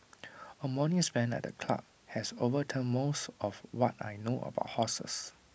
A morning spent at the club has overturned most of what I know about horses